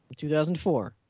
2004